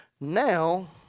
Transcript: Now